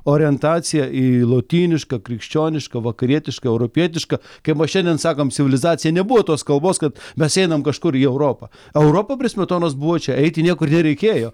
orientaciją į lotynišką krikščionišką vakarietišką europietišką kaip mes šiandien sakom civilizacija nebuvo tos kalbos kad mes einame kažkur į europą europa prie smetonos buvo čia eiti niekur nereikėjo